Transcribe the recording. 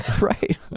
right